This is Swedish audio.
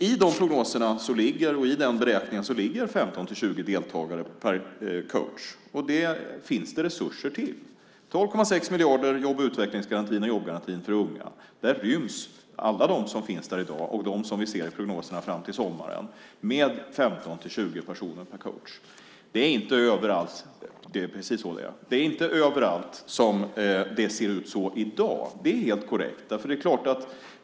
I de prognoserna och i den beräkningen ligger 15-20 deltagare per coach. Det finns det resurser till: 12,6 miljarder till jobb och utvecklingsgarantin och jobbgarantin för unga. Där ryms alla de som finns där i dag och de som vi ser i prognoserna fram till sommaren, med 15-20 personer per coach. Det är precis så det är. Det är inte överallt som det ser ut så i dag. Det är helt korrekt.